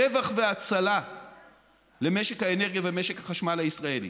רווח והצלה למשק האנרגיה ומשק החשמל הישראלי.